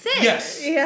Yes